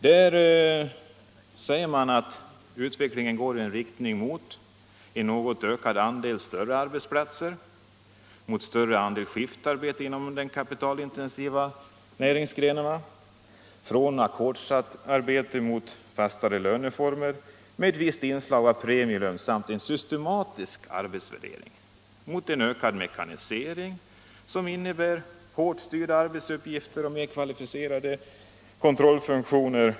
Där säger man att utvecklingen går i riktning mot en ökad andel större arbetsplatser, mot större andel skiftarbete inom de kapitalintensiva näringsgrenarna, från ackordsarbete mot fastare löneformer med ett visst inslag av premielön samt en systematisk arbetsvärdering, mot en ökad mekanisering som innebär hårt styrda arbetsuppgifter och mer kvalificerade kontrollfunktioner.